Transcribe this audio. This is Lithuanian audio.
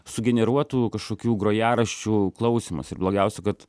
sugeneruotų kažkokių grojaraščių klausymas ir blogiausia kad